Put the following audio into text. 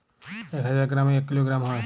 এক হাজার গ্রামে এক কিলোগ্রাম হয়